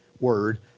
word